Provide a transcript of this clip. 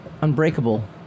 unbreakable